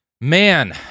Man